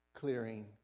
Clearing